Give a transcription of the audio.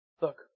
Look